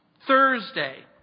Thursday